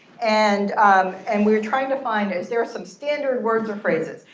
and um and we were trying to find, is there are some standard words or phrases?